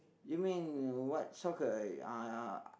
you mean what soccer uh